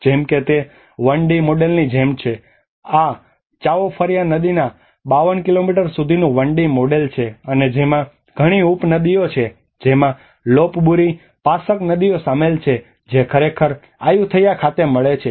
જેમ કે તે 1 ડી મોડેલની જેમ છે આ ચાઓ ફર્યા નદીના 52 કિલોમીટર સુધીનું 1D મોડેલ છે અને જેમાં ઘણી ઉપનદીઓ છે જેમાં લોપબૂરી પાસક નદીઓ શામેલ છે જે ખરેખર આયુથૈયા ખાતે મળે છે